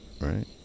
right